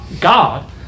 God